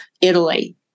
Italy